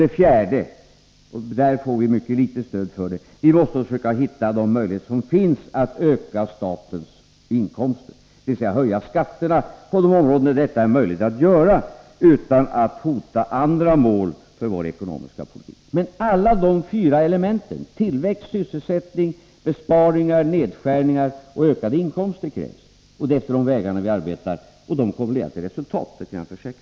Det fjärde är att vi måste försöka hitta de möjligheter som finns att öka statens inkomster, dvs. höja skatten på de områden där detta är möjligt att göra utan att andra mål för vår ekonomiska politik hotas. På denna punkt får vi mycket litet stöd av er. Alla dessa fyra element — tillväxt och sysselsättning, besparingar, nedskärningar och ökade inkomster — krävs. Det är efter dessa vägar som vi arbetar, och de kommer att leda till resultat — det kan jag försäkra.